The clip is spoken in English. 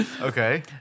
Okay